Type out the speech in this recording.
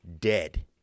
Dead